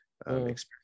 experience